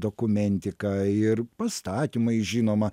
dokumentika ir pastatymai žinoma